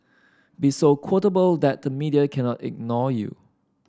be so quotable that the media cannot ignore you